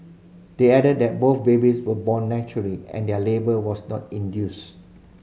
they added that both babies were born naturally and their labour was not induced